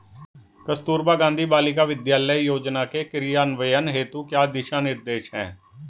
कस्तूरबा गांधी बालिका विद्यालय योजना के क्रियान्वयन हेतु क्या दिशा निर्देश हैं?